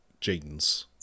jeans